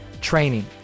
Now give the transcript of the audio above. Training